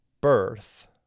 birth